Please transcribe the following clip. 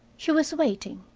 she was waiting.